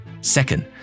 Second